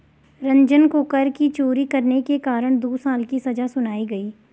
रंजन को कर की चोरी करने के कारण दो साल की सजा सुनाई गई